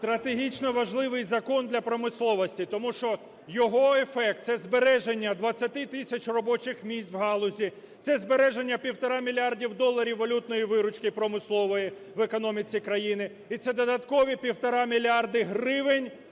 Стратегічно важливий закон для промисловості, тому що його ефект, це збереження 20 тисяч робочих місць в галузі, це збереження 1,5 мільярда доларів валютної виручки промислової в економіці країни і це додаткові 1,5 мільярда гривень